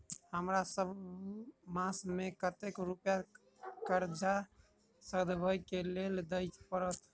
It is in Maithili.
हमरा सब मास मे कतेक रुपया कर्जा सधाबई केँ लेल दइ पड़त?